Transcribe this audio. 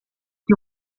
que